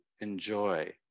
enjoy